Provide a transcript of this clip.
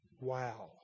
Wow